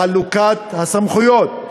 חלוקת הסמכויות.